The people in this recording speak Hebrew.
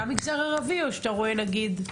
גם במגזר הערבי או שאתה רואה הבדל?